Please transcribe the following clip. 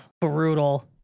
brutal